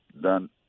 done